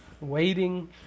waiting